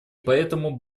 поэтому